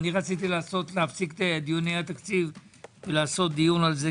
רציתי להפסיק את דיוני התקציב ולעשות על זה דיון על זה